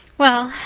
well,